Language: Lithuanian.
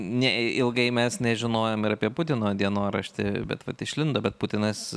ne ilgai mes nežinojo ire apie putino dienoraštį bet vat išlindo bet putinas